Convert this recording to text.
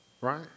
right